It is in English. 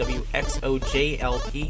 wxojlp